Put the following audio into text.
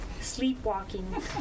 Sleepwalking